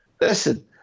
Listen